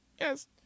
Yes